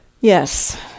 Yes